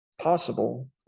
possible